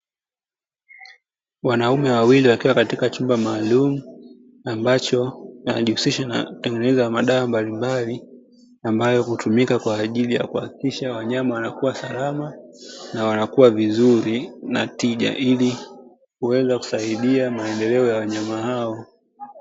Wanaume wawili wakiwa katika chumba maalumu ambacho kinajihusisha na utengenezaji wa madawa mbalimbali, ambayo hutumika katika wanyama na kuhakikisha wanakuwa vizuri na tija, ili kuweza kusaidia maendeleo ya wanyama hao.